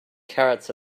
carrots